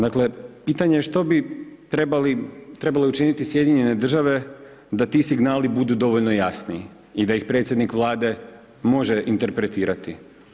Dakle, pitanje je što bi trebale učiniti SAD da ti signali budu dovoljno jasni i da ih predsjednik Vlade može interpretirati?